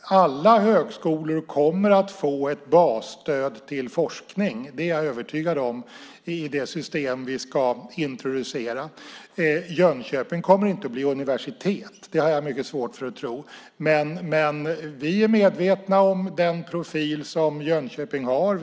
Alla högskolor kommer att få ett basstöd till forskning - det är jag övertygad om - i det system vi ska introducera. Jönköping kommer inte att bli universitet - det har jag mycket svårt att tro. Men vi är medvetna om den profil som Jönköping har.